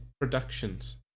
Productions